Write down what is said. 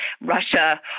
Russia